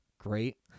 Great